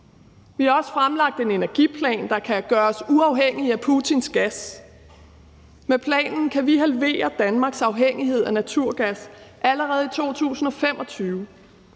Vi har også fremlagt en energiplan, der kan gøre os uafhængige af Putins gas. Med planen kan vi halvere Danmarks afhængighed af naturgas allerede i 2025,